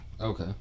Okay